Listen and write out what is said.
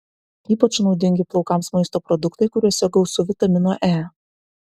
ypač naudingi plaukams maisto produktai kuriuose gausu vitamino e